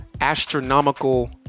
astronomical